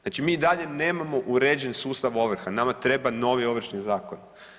Znači mi i dalje nemamo uređen sustav ovrha, nama treba novi Ovršni zakon.